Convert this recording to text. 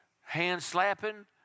hand-slapping